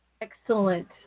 excellent